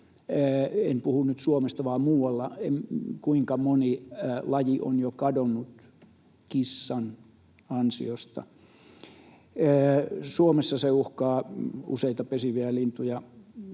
en puhu nyt Suomesta, vaan muualla — kuinka moni laji on jo kadonnut kissan ansiosta. Suomessa se uhkaa useita pesiviä lintuja.